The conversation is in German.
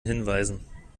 hinweisen